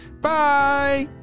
Bye